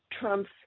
Trump's